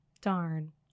Darn